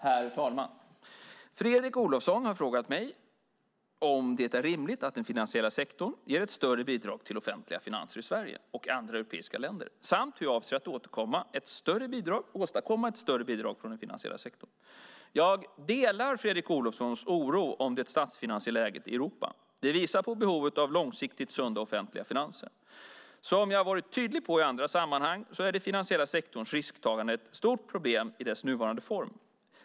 Herr talman! Fredrik Olovsson har frågat mig om det är rimligt att den finansiella sektorn ger ett större bidrag till offentliga finanser i Sverige och andra europeiska länder samt hur jag avser att åstadkomma ett större bidrag från den finansiella sektorn. Jag delar Fredrik Olovssons oro över det statsfinansiella läget i Europa. Det visar på behovet av långsiktigt sunda offentliga finanser. Som jag har varit tydlig med i andra sammanhang är den finansiella sektorns risktagande ett stort problem i dess nuvarande form.